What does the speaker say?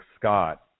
Scott